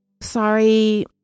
Sorry